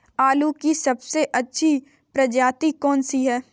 आलू की सबसे अच्छी प्रजाति कौन सी है?